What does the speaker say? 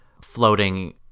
floating